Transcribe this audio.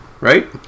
right